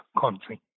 country